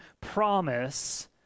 promise